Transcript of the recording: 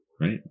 right